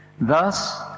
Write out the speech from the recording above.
Thus